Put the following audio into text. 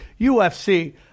UFC